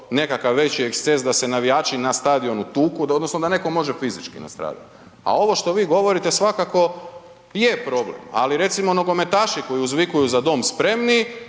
nekakav veći eksces da se navijači na stadionu tuku odnosno da netko može fizički nastradat. A ovo što vi govorite svakako je problem, ali recimo nogometaši koji uzvikuju „za dom spremni“